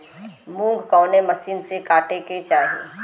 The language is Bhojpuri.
मूंग कवने मसीन से कांटेके चाही?